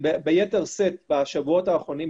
וביתר שאת בשבועות האחרונים,